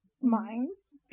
Mines